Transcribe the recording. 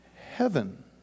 heaven